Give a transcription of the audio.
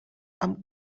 amb